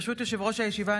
ברשות יושב-ראש הישיבה,